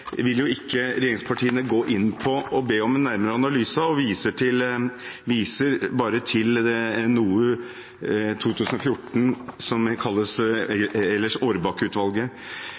vil ikke regjeringspartiene gå inn på og be om en nærmere analyse av, og viser bare til noe fra 2014 som kalles ellers